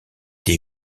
des